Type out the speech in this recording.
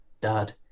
dad